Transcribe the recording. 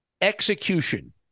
execution